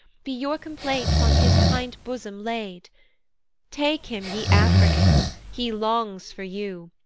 be your complaints on his kind bosom laid take him, ye africans, he longs for you,